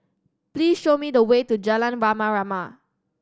please show me the way to Jalan Rama Rama